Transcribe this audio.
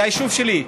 זה היישוב שלי,